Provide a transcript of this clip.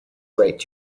rate